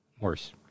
worse